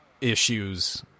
issues